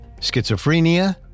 schizophrenia